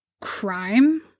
crime